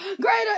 Greater